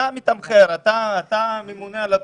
אתה מתמחר, אתה ממונה על התחום,